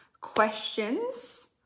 questions